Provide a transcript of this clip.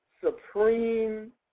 supreme